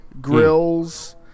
grills